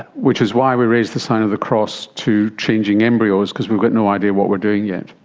which is why we raise the sign of the cross to changing embryos because we've got no idea what we're doing yet.